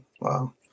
Wow